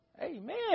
Amen